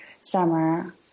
summer